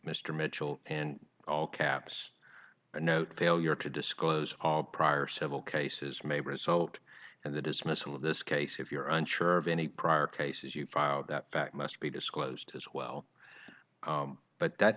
mr mitchell and all caps a note failure to disclose all prior civil cases may result in the dismissal of this case if you're unsure of any prior cases you filed that fact must be disclosed as well but that